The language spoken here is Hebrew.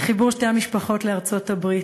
לחיבור שתי המשפחות לארצות-הברית.